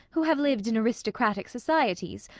who have lived in aristocratic societies,